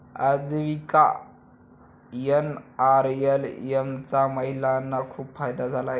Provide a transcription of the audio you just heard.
आजीविका एन.आर.एल.एम चा महिलांना खूप फायदा झाला आहे